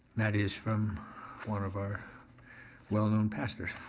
that is from one of our well known pastors.